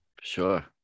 sure